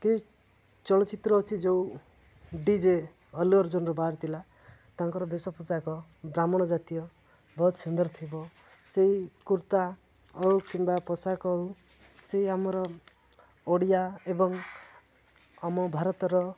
କି ଚଳଚ୍ଚିତ୍ର ଅଛି ଯେଉଁ ଡି ଜେ ଅଲୁଅର୍ଜୁନର ବାହାରି ଥିଲା ତାଙ୍କର ବେଶ ପୋଷାକ ବ୍ରାହ୍ମଣ ଜାତୀୟ ବହୁତ ସୁନ୍ଦର ଥିବ ସେଇ କୁର୍ତ୍ତା ଆଉ କିମ୍ବା ପୋଷାକ ହଉ ସେଇ ଆମର ଓଡ଼ିଆ ଏବଂ ଆମ ଭାରତର